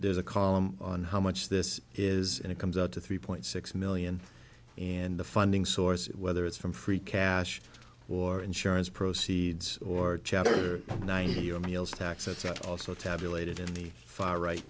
there's a column on how much this is and it comes out to three point six million and the funding source whether it's from free cash or insurance proceeds or chapter nine your meals tax etc also tabulated in the far right